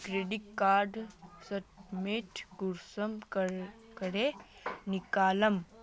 Credit card statement कुंसम करे निकलाम?